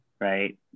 right